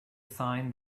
sign